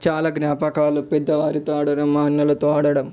చాలా జ్ఞాపకాలు పెద్దవారితో ఆడడం మా అన్నలతో ఆడడం